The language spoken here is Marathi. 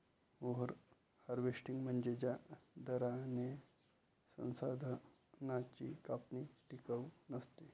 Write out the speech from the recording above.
ओव्हर हार्वेस्टिंग म्हणजे ज्या दराने संसाधनांची कापणी टिकाऊ नसते